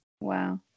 Wow